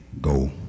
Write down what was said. Go